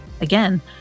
Again